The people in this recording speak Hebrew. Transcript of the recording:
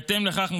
בהתאם לכך,